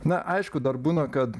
na aišku dar būna kad